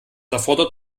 erfordert